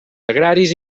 agraris